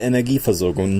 energieversorgung